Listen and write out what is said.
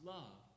love